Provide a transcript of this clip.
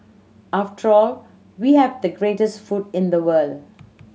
after all we have the greatest food in the world